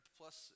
plus